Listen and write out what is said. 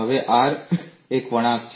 હવે R એક વળાંક છે